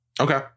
Okay